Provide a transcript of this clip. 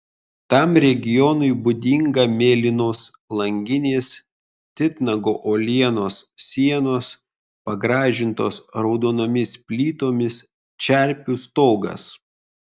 tam regionui būdinga mėlynos langinės titnago uolienos sienos pagražintos raudonomis plytomis čerpių stogas